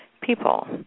people